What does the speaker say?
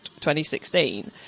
2016